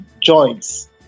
joints